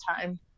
time